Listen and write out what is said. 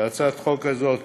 להצעת החוק הזאת